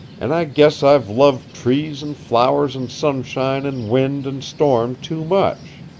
and i guess i've loved trees and flowers and sunshine and wind and storm too much.